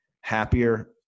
happier